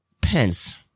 Pence